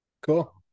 cool